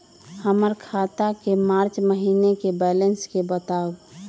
हमर खाता के मार्च महीने के बैलेंस के बताऊ?